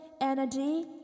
energy